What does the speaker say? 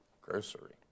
Grocery